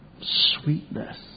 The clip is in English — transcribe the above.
sweetness